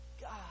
God